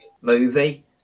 movie